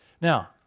Now